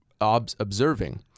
observing